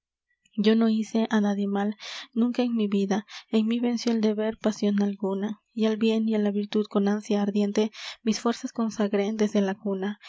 yo no hice á nadie mal nunca en mi vida en mí venció al deber pasion alguna y al bien y á la virtud con ánsia ardiente mis fuerzas consagré desde la cuna